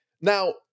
now